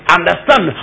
Understand